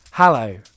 Hello